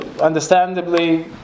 understandably